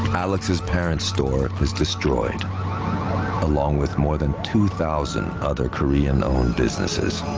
um alex's parents store was destroyed along with more than two thousand other korean owned businesses